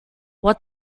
what